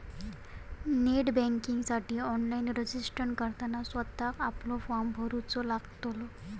net बँकिंगसाठी online registered करताना स्वतःक आपलो फॉर्म भरूचो लागतलो